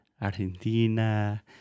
Argentina